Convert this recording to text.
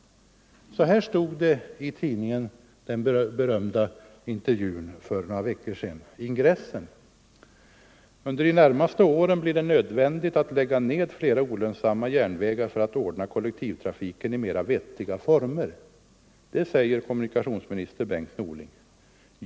Så här stod det i ingressen till den berömda tidningsintervjun för några veckor sedan: ”Under de närmaste åren blir det nödvändigt att lägga ned flera olönsamma järnvägar för att ordna kollektivtrafiken i mera vettiga former. Det säger kommunikationsminister Bengt Norling.